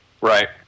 Right